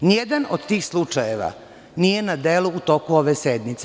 Nijedan od tih slučajeva nije na delu u toku ove sednice.